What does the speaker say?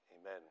Amen